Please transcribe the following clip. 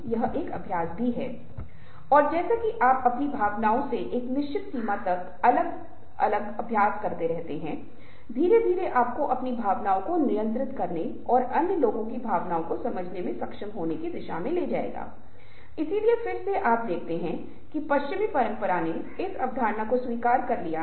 इसलिए विभिन्न संदर्भों में यहां तक कि अंतरंग दोस्तों को एक बैठक में अलग अलग तरीकों से प्रतिक्रिया करना पडेगा जब वे घर वापस हो रहे है तो पीठ थपथपा रहे हैं लेकिन एक हॉल के अंदर एक बैठक के दौरान जब वे बैठक कर रहे हैं तो वे बहुत औपचारिक रूप से बात कर रहे हैं वे औपचारिक रूप से बोल रहे हैं वे एक दूसरे को औपचारिक रूप से संबोधित कर रहे हैं